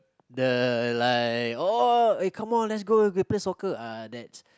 the like oh eh come on let's go we can play soccer ah that's